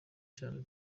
cyane